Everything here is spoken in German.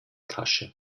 tasche